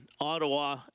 Ottawa